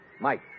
Mike